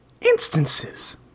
Instances